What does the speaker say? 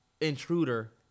intruder